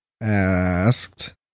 asked